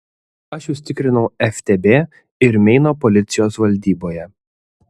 aš jus tikrinau ftb ir meino policijos valdyboje